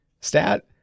stat